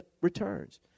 returns